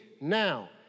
now